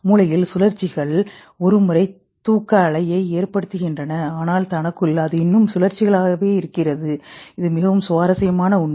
மூளையில் சுழற்சிகள் ஒரு முறை தூக்க அலையை ஏற்படுத்துகின்றன ஆனால் தனக்குள் அது இன்னும் சுழற்சிகளாக இருக்கிறது இது மிகவும் சுவாரஸ்யமான உண்மை